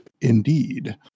Indeed